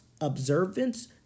observance